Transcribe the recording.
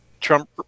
Trump